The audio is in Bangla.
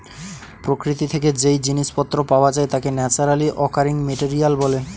প্রকৃতি থেকে যেই জিনিস পত্র পাওয়া যায় তাকে ন্যাচারালি অকারিং মেটেরিয়াল বলে